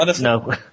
No